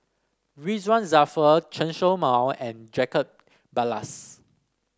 Ridzwan Dzafir Chen Show Mao and Jacob Ballas